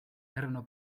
erano